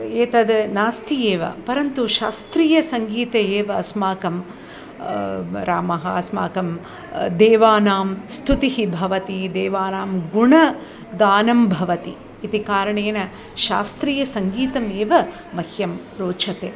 एतद् नास्ति एव परन्तु शास्त्रीयसङ्गीते एव अस्माकं रामः अस्माकं देवानां स्तुतिः भवति देवानां गुणगानं भवति इति कारणेन शास्त्रीयसङ्गीतम् एव मह्यं रोचते